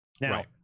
Now